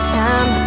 time